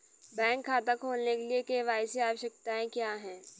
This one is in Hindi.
बैंक खाता खोलने के लिए के.वाई.सी आवश्यकताएं क्या हैं?